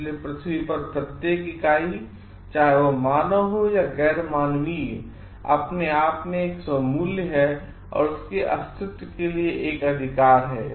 इसलिए पृथ्वी पर प्रत्येक इकाई चाहे वह मानव हो या गैर मानवीय अपने आप मेंएक स्वमूल्यहै औरअपने अस्तित्व के लिए एक अधिकार है